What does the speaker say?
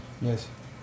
yes